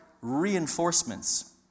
reinforcements